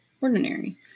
ordinary